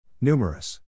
Numerous